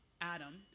Adam